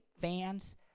fans